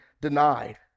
denied